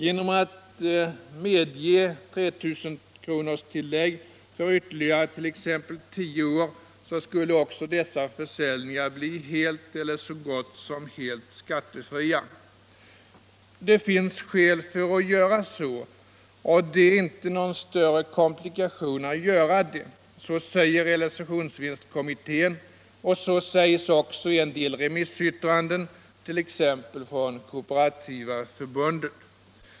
Genom att medge 3 000-kronorstillägg för ytterligare t.ex. tio år skulle också dessa försäljningar bli helt eller så gott som helt skattefria. Det finns skäl för att göra så, och det är inte någon större komplikation att göra det — så säger realisationsvinstkommittén och så sägs också i en del remissyttranden, t.ex. från Kooperativa förbundet.